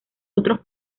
otros